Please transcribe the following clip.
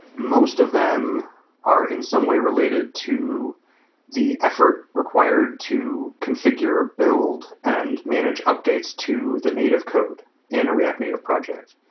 most of them are in some way related to the effort required to configure, build, and manage updates to the native code in a react native project.